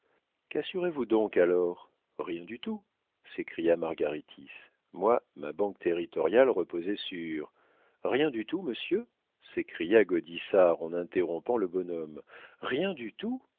quassurez vous donc alors rien du tout s'écria margaritis moi ma banque territoriale reposait sur rien du tout monsieur s'écria gaudissart en interrompant le bonhomme rien du tout